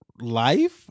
life